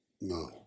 No